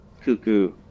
cuckoo